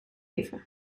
geven